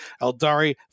Eldari